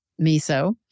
miso